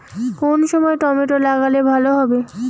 কোন সময় টমেটো লাগালে ভালো হবে?